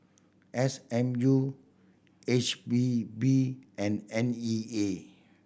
S M U H P B and N E A